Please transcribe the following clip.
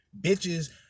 Bitches